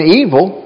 evil